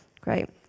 great